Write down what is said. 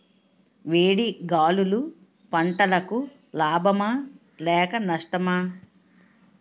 వేడి గాలులు పంటలకు లాభమా లేక నష్టమా?